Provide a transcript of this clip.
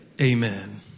Amen